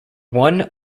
one